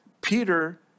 Peter